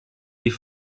die